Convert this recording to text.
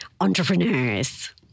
entrepreneurs